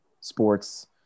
sports